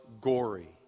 gory